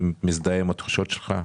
מזדהה עם התחושות שלך.